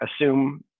assume